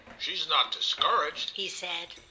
she's not discouraged, he said.